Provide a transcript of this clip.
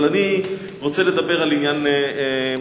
אבל אני רוצה לדבר על עניין אחר.